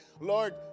Lord